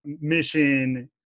Mission